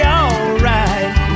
alright